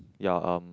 ya um